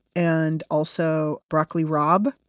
and also broccoli rabe.